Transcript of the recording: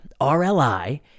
RLI